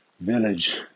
village